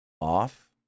off